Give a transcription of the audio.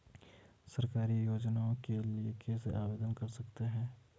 सरकारी योजनाओं के लिए कैसे आवेदन कर सकते हैं?